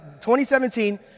2017